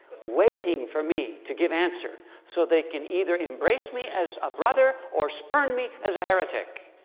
waiting for me to give answer so they can either embrace me as a brother, or spurn me as a heretic.